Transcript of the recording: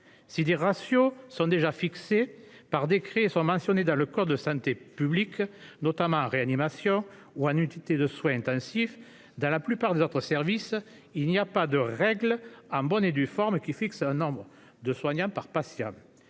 Si des ratios sont déjà fixés par décret et sont mentionnés dans le code de la santé publique, notamment en réanimation ou en unités de soins intensifs, dans la plupart des autres services, il n'y a pas de règles en bonne et due forme qui fixent un nombre de soignants par patient.